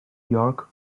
york